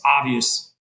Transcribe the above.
obvious